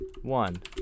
One